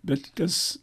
bet tas